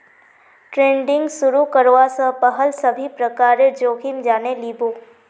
trading शुरू करवा स पहल सभी प्रकारेर जोखिम जाने लिबो